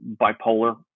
bipolar